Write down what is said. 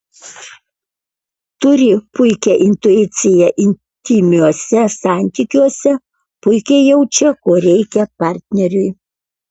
turi puikią intuiciją intymiuose santykiuose puikiai jaučia ko reikia partneriui